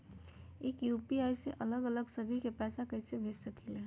एक यू.पी.आई से अलग अलग सभी के पैसा कईसे भेज सकीले?